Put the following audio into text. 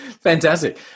Fantastic